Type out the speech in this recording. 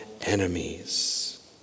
enemies